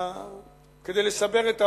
כדי לסבר את האוזן,